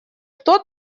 кто